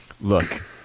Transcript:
look